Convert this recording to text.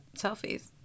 selfies